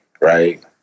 right